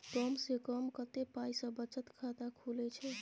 कम से कम कत्ते पाई सं बचत खाता खुले छै?